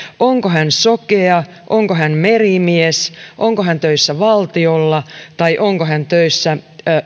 onko hän sokea onko hän merimies onko hän töissä valtiolla vai onko hän töissä